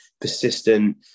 persistent